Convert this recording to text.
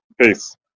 peace